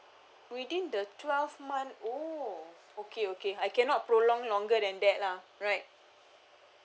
within the twelve month orh okay okay I cannot prolong longer than that lah right